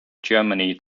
germany